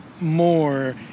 more